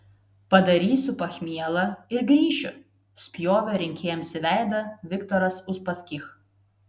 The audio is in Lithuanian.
padarysiu pachmielą ir grįšiu spjovė rinkėjams į veidą viktoras uspaskich